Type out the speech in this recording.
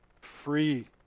free